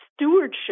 stewardship